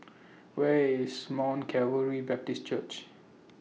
Where IS Mount Calvary Baptist Church